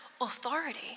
authority